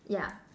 ya